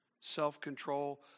self-control